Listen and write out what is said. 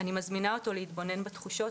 אני מזמינה אותו להתבונן בתחושות,